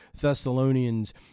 Thessalonians